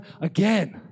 again